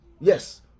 Yes